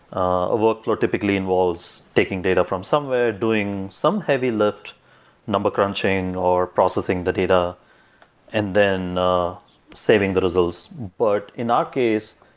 a workflow typically involves taking data from somewhere, doing some heavy lift number crunching or processing the data and then saving the results. but in our case,